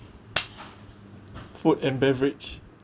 food and beverage